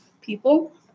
People